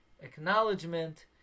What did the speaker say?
acknowledgement